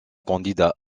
candidat